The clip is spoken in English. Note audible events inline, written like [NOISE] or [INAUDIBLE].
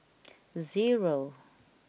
[NOISE] zero